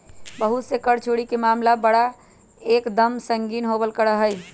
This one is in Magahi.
बहुत से कर चोरी के मामला बड़ा एक दम संगीन होवल करा हई